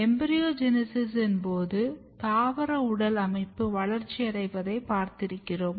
எம்பிரியோஜெனிசிஸ்ஸின் போது தாவர உடல் அமைப்பு வளர்ச்சியடைவதை பார்த்திருக்கிறோம்